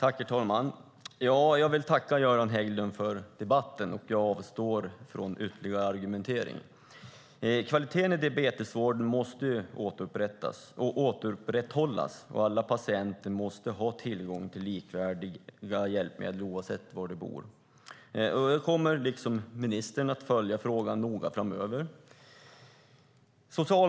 Herr talman! Jag vill tacka Göran Hägglund för debatten, och jag avstår från ytterligare argumentering. Kvaliteten i diabetesvården måste återupprättas och upprätthållas. Alla patienter måste ha tillgång till likvärdiga hjälpmedel, oavsett var de bor. Nu kommer socialministern att följa frågan noga framöver.